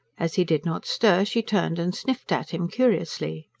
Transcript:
as he did not stir she turned and sniffed at him, curiously.